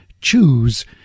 choose